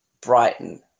Brighton